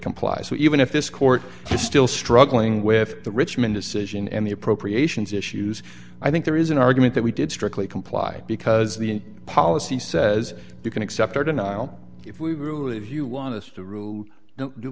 comply so even if this court is still struggling with the richmond decision and the appropriations issues i think there is an argument that we did strictly comply because the policy says you can accept or deny or if we will if you want us to rule do